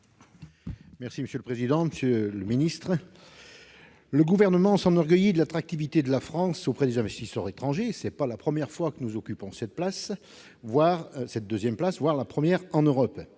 : La parole est à M. Jean-Claude Tissot. Le Gouvernement s'enorgueillit de l'attractivité de la France auprès des investisseurs étrangers. Ce n'est pas la première fois que nous occupons cette deuxième place, voire la première en Europe.